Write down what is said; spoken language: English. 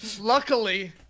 luckily